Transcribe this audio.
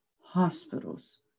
hospitals